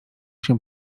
się